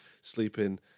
sleeping